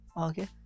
okay